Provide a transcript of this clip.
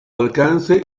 alcance